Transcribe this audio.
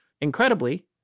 Incredibly